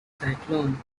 cyclone